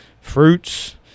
fruits